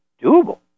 doable